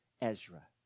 Ezra